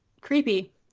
creepy